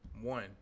One